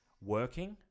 working